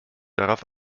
darauf